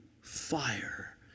fire